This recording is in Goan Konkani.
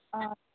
आ